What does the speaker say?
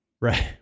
right